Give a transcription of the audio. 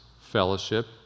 fellowship